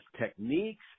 techniques